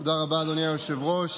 תודה רבה, אדוני היושב-ראש.